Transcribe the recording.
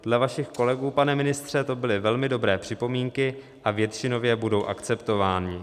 Dle vašich kolegů, pane ministře, to byly velmi dobré připomínky a většinově budou akceptovány.